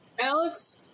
Alex